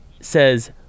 says